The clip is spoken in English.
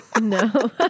No